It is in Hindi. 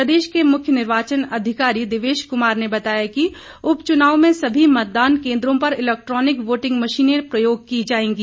प्रदेश के मुख्य निर्वाचन अधिकारी देवेश कुमार ने बताया कि उपचुनाव में सभी मतदान केन्द्रों पर इलैक्ट्रॉनिक वोटिंग मशीनें प्रयोग की जाएंगी